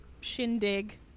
shindig